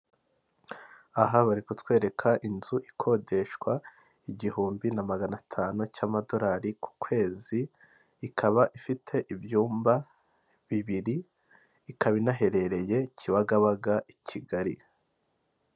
Aha bari kutwereka inzu ikodeshwa igihumbi na magana atanu cy'amadorari ku kwezi, ikaba ifite ibyumba bibiri ikaba inaherereye kibagabaga i kigali.